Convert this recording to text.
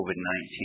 COVID-19